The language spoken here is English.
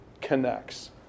connects